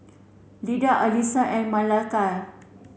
Leda Elisa and Makaila